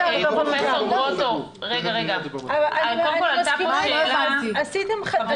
--- אני מסכימה איתך.